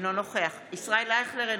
אינו נוכח ישראל אייכלר,